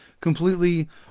completely